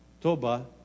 toba